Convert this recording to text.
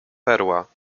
perła